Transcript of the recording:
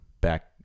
back